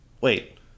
Wait